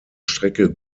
strecke